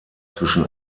zwischen